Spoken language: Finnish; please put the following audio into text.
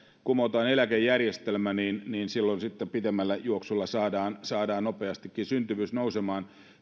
kumotaan eläkejärjestelmä niin niin silloin pitemmällä juoksulla saadaan saadaan nopeastikin syntyvyys nousemaan